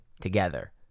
together